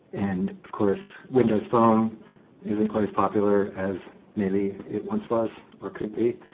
and of course, windows phone isn't quite as popular as maybe it once was or could be.